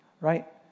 right